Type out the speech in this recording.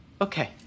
Okay